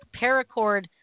paracord